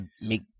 make